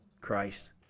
Christ